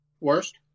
Worst